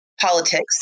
politics